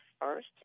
first